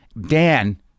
Dan